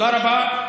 תודה רבה.